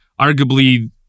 arguably